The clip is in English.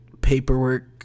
paperwork